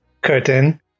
curtain